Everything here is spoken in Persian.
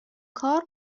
کار